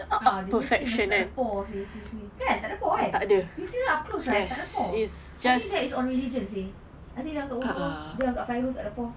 ah dia punya skin macam tak ada pore seriously kan tak ada pore kan you see him up close right tak ada pore I think that is our religion nanti angkat wudhu ah dia angkat fire hose dekat pore